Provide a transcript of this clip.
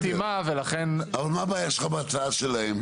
מה הבעיה שלל בהצעה שלהם?